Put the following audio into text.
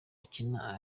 akina